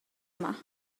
yma